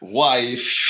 wife